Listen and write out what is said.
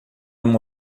uma